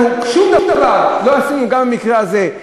אנחנו לא עשינו שום דבר גם במקרה הזה,